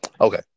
okay